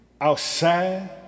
outside